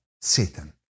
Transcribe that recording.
Satan